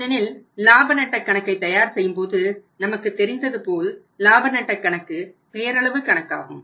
ஏனெனில் லாப நட்டக் கணக்கை தயார் செய்யும்போது நமக்குத் தெரிந்தது போல் லாப நட்டக் கணக்கு பெயரளவு கணக்காகும்